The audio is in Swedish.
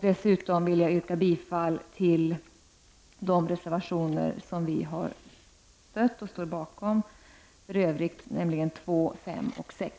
Dessutom vill jag yrka bifall till de reservationer som vi har stött och står bakom, nämligen reservationerna 2, 5 och 6.